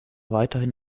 weiterhin